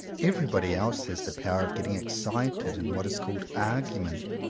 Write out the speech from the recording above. everybody else has the power of getting excited in what is called argument.